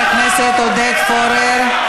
בבקשה, עוד חצי דקה יש